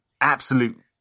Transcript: absolute